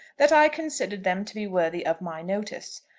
that i considered them to be worthy of my notice.